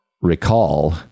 recall